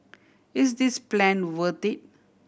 is this plan worth it